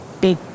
Big